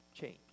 change